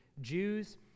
Jews—